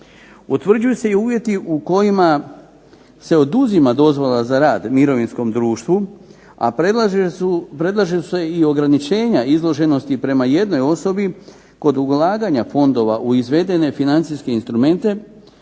Utvrđuju se i uvjeti u kojima se oduzima dozvola za rad mirovinskom društvu, a predlažu se i ograničenja izloženosti prema jednoj osobi kod ulaganja fondova u izvedene financijske instrumente